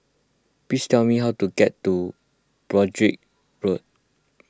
please tell me how to get to Broadrick Road